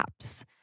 apps